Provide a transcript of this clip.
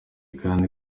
kandi